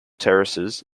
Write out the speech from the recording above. terraces